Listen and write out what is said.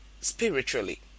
spiritually